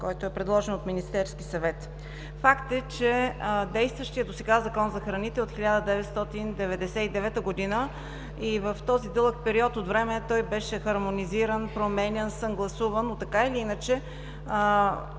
който е предложен от Министерския съвет. Факт е, че действащият досега Закон за храните е от 1999 г. и в този дълъг период от време той беше хармонизиран, променян, съгласуван, но, така или иначе,